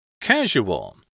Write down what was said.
Casual